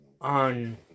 On